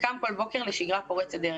וקם כל בוקר לשגרה פורצת דרך.